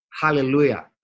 Hallelujah